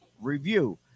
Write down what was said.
review